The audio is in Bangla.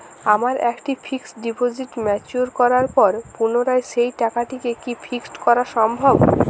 আমার একটি ফিক্সড ডিপোজিট ম্যাচিওর করার পর পুনরায় সেই টাকাটিকে কি ফিক্সড করা সম্ভব?